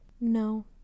No